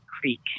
Creek